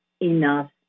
enough